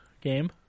game